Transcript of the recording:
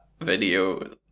video